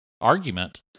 argument